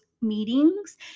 meetings